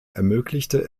ermöglichte